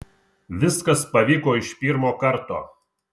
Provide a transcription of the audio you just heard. viskas pavyko iš pirmo karto